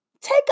Take